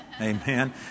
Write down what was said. amen